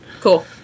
Cool